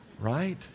Right